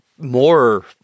more